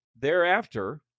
thereafter